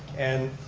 and